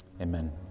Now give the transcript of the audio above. Amen